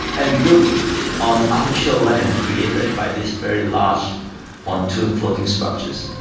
and build on artificial land created by these very large pontoon floating structures.